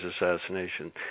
assassination